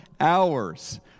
hours